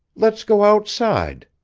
let's go outside,